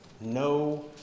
no